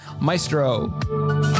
Maestro